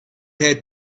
had